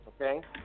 okay